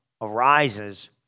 arises